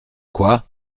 quoi